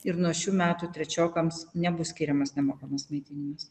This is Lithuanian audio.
ir nuo šių metų trečiokams nebus skiriamas nemokamas maitinimas